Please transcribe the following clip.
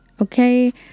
Okay